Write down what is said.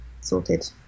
sorted